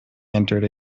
entered